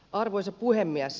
arvoisa puhemies